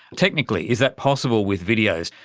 technically is that possible with videos,